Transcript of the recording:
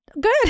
Good